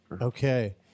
Okay